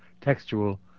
textual